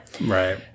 Right